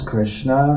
Krishna